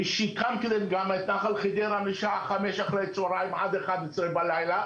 ושיקמתי להם גם את נחל חדרה בשעה חמש אחר הצהריים עד אחד עשרה בלילה,